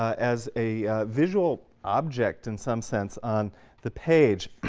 as a visual object in some sense on the page.